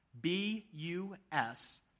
B-U-S